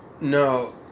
No